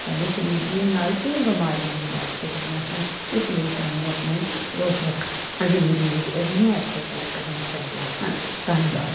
ਸਾਡੇ ਸਰੀਰ ਦੀਆਂ ਨਾਲ ਕਈ ਬਿਮਾਰੀਆਂ ਵੀ ਲੱਗ ਸਕਦੀਆਂ ਹਨ ਇਸ ਲਈ ਸਾਨੂੰ ਆਪਣੀ ਰੋਜ਼ ਮਰਾ ਜਿੰਦਗੀ ਵਿੱਚ ਅਜਿਹੀਆਂ ਐਕਸਰਸਾਈਜ ਕਰਨੀਆਂ ਚਾਹੀਦੀਆਂ ਹਨ ਧੰਨਵਾਦ